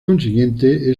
consiguiente